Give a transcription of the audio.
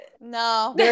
no